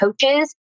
coaches